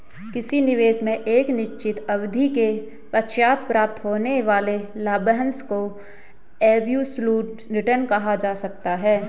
किसी निवेश में एक निश्चित अवधि के पश्चात प्राप्त होने वाले लाभांश को एब्सलूट रिटर्न कहा जा सकता है